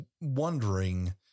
wondering